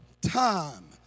time